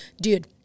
dude